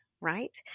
right